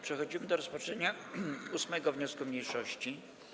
Przechodzimy do rozpatrzenia 8. wniosku mniejszości.